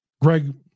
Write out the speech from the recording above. Greg